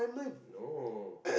no